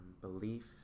belief